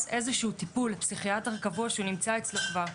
איזשהו טיפול לפסיכיאטר קבוע שהוא נמצא אצלו כבר,